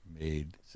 made